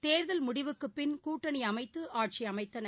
தேர்தல் முடிவுக்குப் பின் கூட்டணிஅமைத்துஆட்சிஅமைத்தது